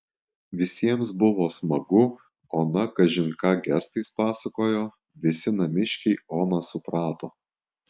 visiems buvo smagu ona kažin ką gestais pasakojo visi namiškiai oną suprato